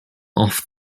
off